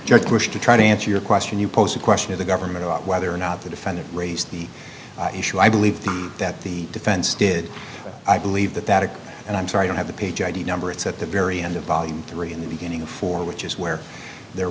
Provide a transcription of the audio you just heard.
george bush to try to answer your question you posed the question of the government about whether or not the defendant raised the issue i believe that the defense did i believe that that is and i'm sorry i don't have the page i d number it's at the very end of volume three in the beginning for which is where there